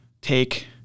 take